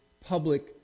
public